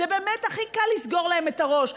זה באמת הכי קל לסגור להם את הראש,